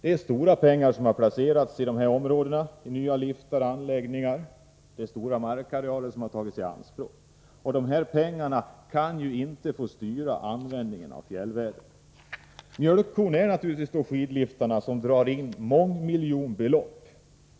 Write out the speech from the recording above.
Det är stora pengar som har placerats i de här områdena i nya liftar och anläggningar. Det är stora markarealer som har tagits i anspråk. Men det förhållandet att stora pengar lagts ned kan inte få styra användningen av fjällvärlden. Mjölkkon är naturligtvis skidliftarna, som drar in mångmiljonbelopp.